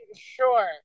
sure